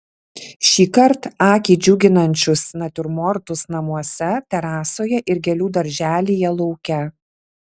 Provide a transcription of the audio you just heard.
šįkart akį džiuginančius natiurmortus namuose terasoje ir gėlių darželyje lauke